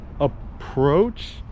approach